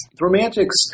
romantics